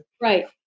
Right